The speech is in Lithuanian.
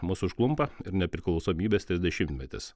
mus užklumpa ir nepriklausomybės trisdešimtmetis